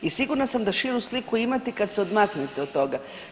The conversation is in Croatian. I sigurna sam da širu sliku imate kad se odmaknete od toga.